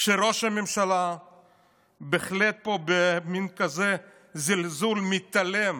כשראש הממשלה בהחלט במין זלזול מתעלם